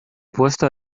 puesto